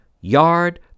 yard